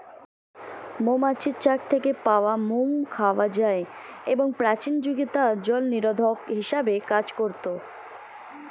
মৌমাছির চাক থেকে পাওয়া মোম খাওয়া যায় এবং প্রাচীন যুগে তা জলনিরোধক হিসেবে কাজ করত